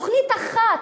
תוכנית אחת,